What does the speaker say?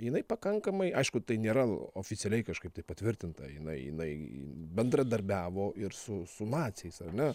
jinai pakankamai aišku tai nėra oficialiai kažkaip tai patvirtinta jinai jinai bendradarbiavo ir su su naciais ar ne